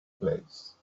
place